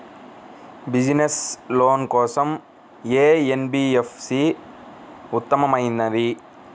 Business loan కోసం ఏ NBFC ఉత్తమమైనది?